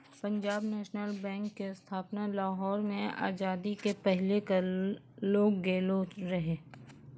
Punjab National Bank के स्थापना लाहौर मे आजादी के पहिले करलो गेलो रहै